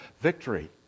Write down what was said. victory